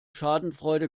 schadenfreude